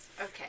Okay